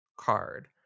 card